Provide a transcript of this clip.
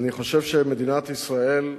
אני חושב שמדינת ישראל,